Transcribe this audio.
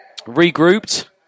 regrouped